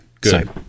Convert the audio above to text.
good